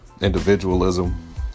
individualism